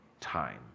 time